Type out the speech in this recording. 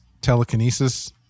telekinesis